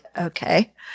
Okay